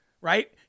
right